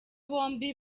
bombi